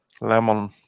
Lemon